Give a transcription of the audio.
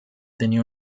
tenía